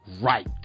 right